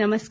नमस्कार